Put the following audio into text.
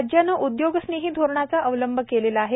राज्याने उद्योगस्नेही धोरणाचा अवलंब केलेला आहे